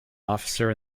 officer